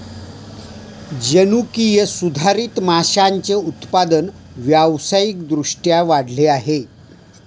जनुकीय सुधारित माशांचे उत्पादन व्यावसायिक दृष्ट्या वाढले आहे